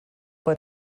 bei